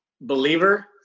Believer